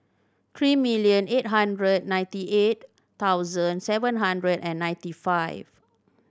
three million eight hundred ninety eight thousand seven hundred and ninety five